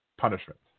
Punishment